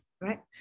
right